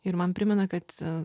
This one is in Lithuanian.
ir man primena kad